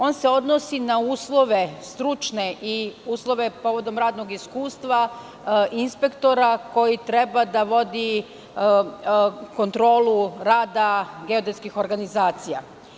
On se odnosi na uslove stručne i uslove povodom radnog iskustva inspektora koji treba da vodi kontrolu rada geodetskih organizacija.